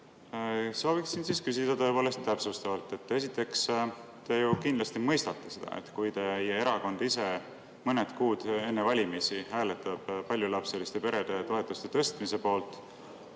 Sooviksin küsida tõepoolest täpsustavalt. Esiteks, te ju kindlasti mõistate, et kui teie erakond ise mõned kuud enne valimisi hääletab paljulapseliste perede toetuste tõstmise poolt,